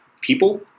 people